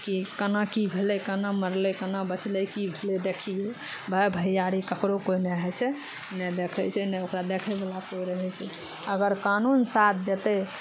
कि केना की भेलै केना मरलै केना बचलै की भेलै देखियै भाइ भैयारी ककरो कोइ नहि होइ छै नहि देखै छै नै ओकरा देखै बला कोइ नहि छै अगर कानून साथ देतै